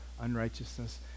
unrighteousness